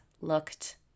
looked